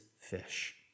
fish